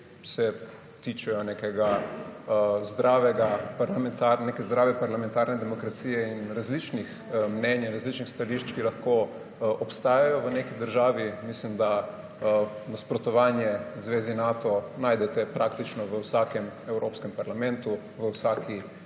ki se tičejo neke zdrave parlamentarne demokracije in različnih mnenj in različnih stališč, ki lahko obstajajo v neki državi. Mislim, da nasprotovanje zvezi Nato najdete praktično v vsakem evropskem parlamentu, v vsaki